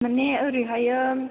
माने ओरैहाय